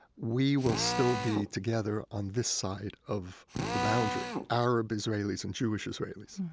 we will still be together on this side of the boundary, arab israelis and jewish israelis,